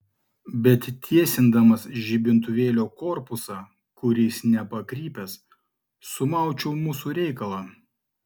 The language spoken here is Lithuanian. bet tiesindamas žibintuvėlio korpusą kuris nepakrypęs sumaučiau mūsų reikalą